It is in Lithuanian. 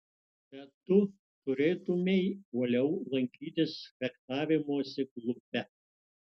bet tu turėtumei uoliau lankytis fechtavimosi klube